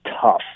tough